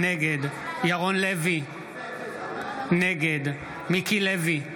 נגד ירון לוי, נגד מיקי לוי,